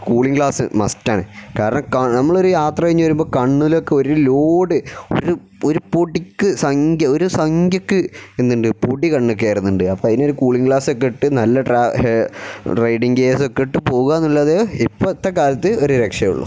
cooling glass മസ്റ്റാണ് കാരണം നമ്മൾ ഒരു യാത്ര കഴിഞ്ഞു വരുമ്പോൾ കണ്ണിലൊക്കെ ഒരു ലോഡ് ഒരു ഒരു പൊടിക്ക് സംഖ ഒരു സംഖ്യക്ക് എന്നുണ്ട് പൊടി കണ്ണിൽ കയറുന്നുണ്ട് അപ്പം അതിനൊരു കൂളിംഗ് ഗ്ലാസ്സൊക്കെ ഇട്ട് നല്ല റൈഡിങ്ങ് ഗെയഴസൊക്കെ ഇട്ട് പോകുക എന്നുള്ളത് ഇപ്പോഴത്തെ കാലത്ത് ഒരു രക്ഷയുള്ളൂ